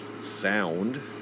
sound